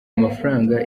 amafaranga